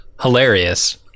hilarious